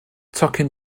tocyn